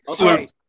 Okay